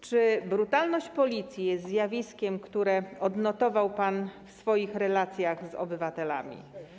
Czy brutalność Policji jest zjawiskiem, które odnotował pan w swoich relacjach z obywatelami?